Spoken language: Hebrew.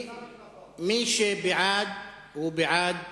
מי שבעד, הוא בעד